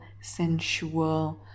sensual